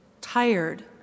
tired